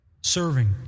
serving